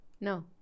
No